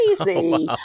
crazy